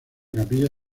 capilla